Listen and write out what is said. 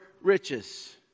riches